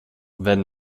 wenn